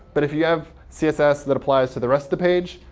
but if you have css that applies to the rest of the page,